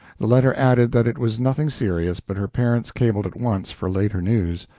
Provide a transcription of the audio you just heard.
the letter added that it was nothing serious, but her parents cabled at once for later news.